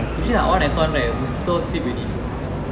usually I on air con right mosquito sleep already